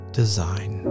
design